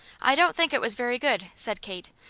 i don't think it was very good, said kate.